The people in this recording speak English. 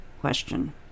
question